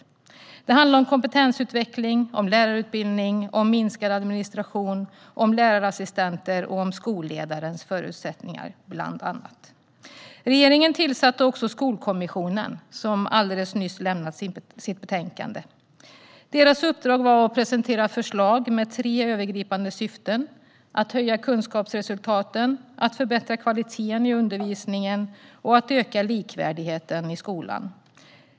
Det handlar bland annat om kompetensutveckling, om lärarutbildning, om minskad administration, om lärarassistenter och om skolledarens förutsättningar. Regeringen tillsatte också Skolkommissionen, som alldeles nyss lämnade sitt betänkande. Kommissionens uppdrag var att presentera förslag med tre övergripande syften - att höja kunskapsresultaten, att förbättra kvaliteten i undervisningen och att öka likvärdigheten i skolan.